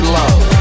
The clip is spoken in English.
love